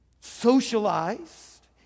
socialized